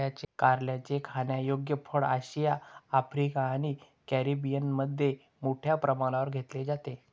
कारल्याचे खाण्यायोग्य फळ आशिया, आफ्रिका आणि कॅरिबियनमध्ये मोठ्या प्रमाणावर घेतले जाते